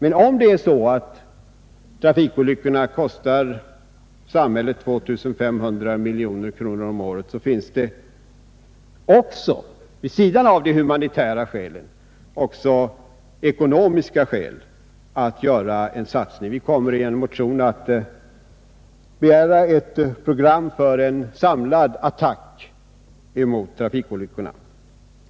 Men om trafikolyckorna kostar samhället 2 500 miljoner kronor om året finns det vid sidan av de humanitära skälen också ekonomiska skäl att göra en satsning. Vi kommer i en motion att begära ett program för en samlad attack mot trafikolyckorna.